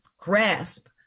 grasp